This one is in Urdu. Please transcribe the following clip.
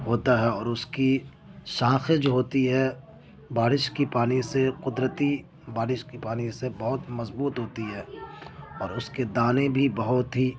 ہوتا ہے اور اس کی شاخیں جو ہوتی ہے بارش کی پانی سے قدرتی بارش کی پانی سے بہت مضبوط ہوتی ہے اور اس کے دانے بھی بہت ہی